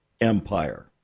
empire